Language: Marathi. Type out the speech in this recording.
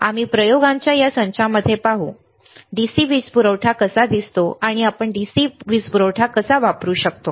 आम्ही प्रयोगांच्या या संचामध्ये पाहू DC वीज पुरवठा कसा दिसतो आणि आपण DC वीज पुरवठा कसा वापरू शकतो